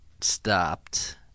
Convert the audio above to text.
stopped